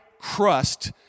crust